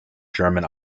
german